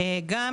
וגם,